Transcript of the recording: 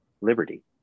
liberty